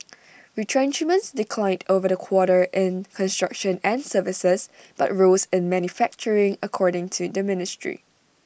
retrenchments declined over the quarter in construction and services but rose in manufacturing according to the ministry